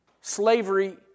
Slavery